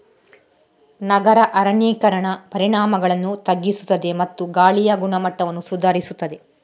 ನಗರ ಅರಣ್ಯೀಕರಣ ಪರಿಣಾಮಗಳನ್ನು ತಗ್ಗಿಸುತ್ತದೆ ಮತ್ತು ಗಾಳಿಯ ಗುಣಮಟ್ಟವನ್ನು ಸುಧಾರಿಸುತ್ತದೆ